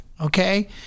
okay